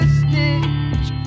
stitch